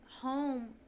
home